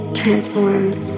transforms